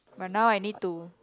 but now I need to